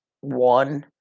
one